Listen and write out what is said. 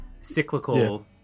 cyclical